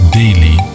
daily